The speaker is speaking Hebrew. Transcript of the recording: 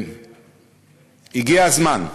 הגיע הזמן,